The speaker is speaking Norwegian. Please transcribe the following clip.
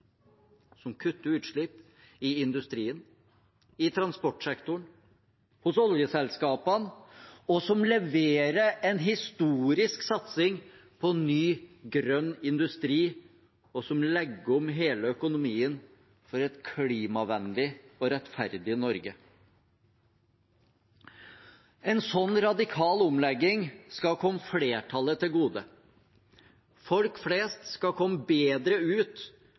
som kutter utslipp i industrien, i transportsektoren, hos oljeselskapene, og som leverer en historisk satsing på ny, grønn industri, og legger om hele økonomien for et klimavennlig og rettferdig Norge. En sånn radikal omlegging skal komme flertallet til gode. Folk flest skal komme bedre ut